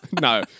No